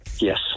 Yes